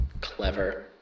clever